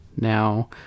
now